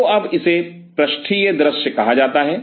तो अब इसे पृष्ठीय दृश्य कहा जाता है